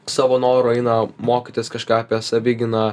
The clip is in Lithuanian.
savo noru eina mokytis kažką apie savigyną